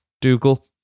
Dougal